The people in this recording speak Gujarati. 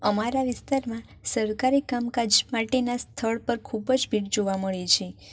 અમારા વિસ્તારમાં સરકારી કામકાજ માટેનાં સ્થળ પર ખૂબ જ ભીડ જોવા મળે છે